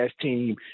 team